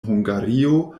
hungario